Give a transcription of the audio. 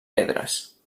pedres